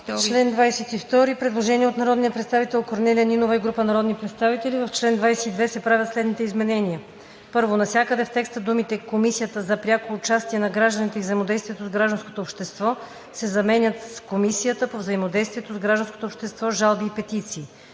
чл. 22 има предложение от народния представител Корнелия Нинова и група народни представители: „В чл. 22 се правят следните изменения: 1. Навсякъде в текста думите „Комисията за пряко участие на гражданите и взаимодействието с гражданското общество“ се заменят с „Комисията за взаимодействието с гражданското общество, жалби и петиции“.